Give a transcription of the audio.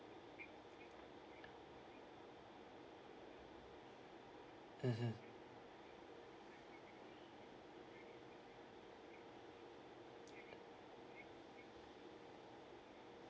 mmhmm